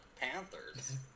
panthers